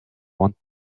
want